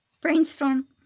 Brainstorm